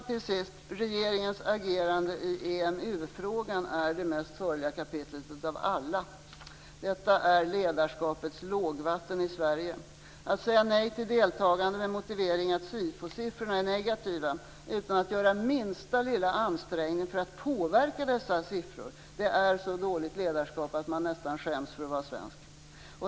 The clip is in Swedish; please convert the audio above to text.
Till sist: Regeringens agerande i EMU-frågan är det mest sorgliga kapitlet av alla. Detta är ledarskapets lågvattenmärke i Sverige. Att säga nej till deltagande med motiveringen att SIFO siffrorna är negativa utan att göra minsta lilla ansträngning för att påverka dessa siffror är så dåligt ledarskap att man nästan skäms för att vara svensk.